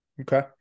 Okay